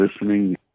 listening